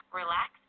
relax